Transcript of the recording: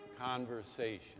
conversation